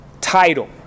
title